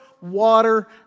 water